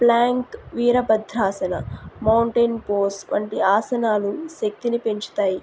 Planck వీర భద్రాసన mountain pose వంటి ఆసనాలు శక్తిని పెంచుతాయి